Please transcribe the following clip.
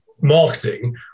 marketing